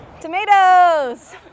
Tomatoes